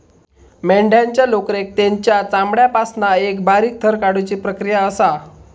मेंढ्यांच्या लोकरेक तेंच्या चामड्यापासना एका बारीक थर काढुची प्रक्रिया असा